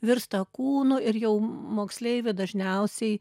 virsta kūnu ir jau moksleiviai dažniausiai